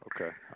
Okay